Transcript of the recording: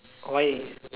why